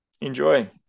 Enjoy